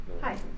Hi